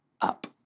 up